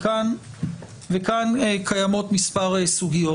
וכאן קיימות מספר סוגיות.